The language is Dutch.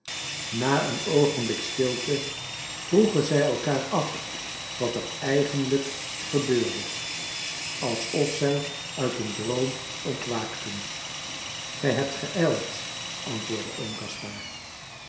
na een oogenblik stilte vroegen zij elkaar af wat er eigenlijk gebeurde alsof zij uit een droom ontwaakten gij hebt geijld antwoordde oom